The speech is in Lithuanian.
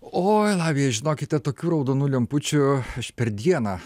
oi latvija žinokite tokių raudonų lempučių aš per dieną